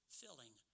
filling